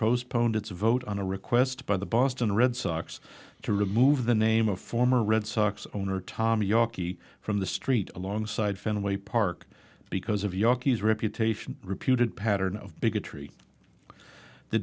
postponed its vote on a request by the boston red sox to remove the name of former red sox owner tom yaki from the street alongside fenway park because of yankees reputation reputed pattern of bigotry the